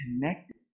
connected